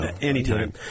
Anytime